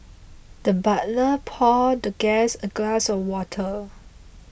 the butler poured the guest a glass of water